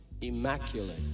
immaculate